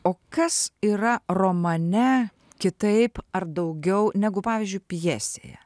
o kas yra romane kitaip ar daugiau negu pavyzdžiui pjesėje